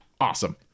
awesome